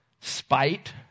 spite